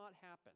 happen